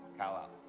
kyle out.